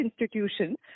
institution